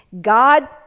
God